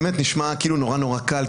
באמת נשמע כאילו זה נורא קל,